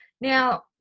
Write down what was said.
Now